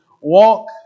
walk